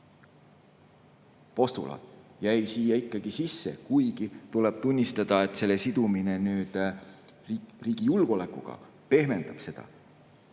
põhipostulaat jäi siia ikkagi sisse, kuigi tuleb tunnistada, et selle sidumine riigi julgeolekuga pehmendab seda.